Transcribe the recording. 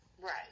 Right